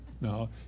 No